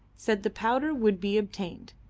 said the powder would be obtained,